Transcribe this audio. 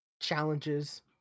challenges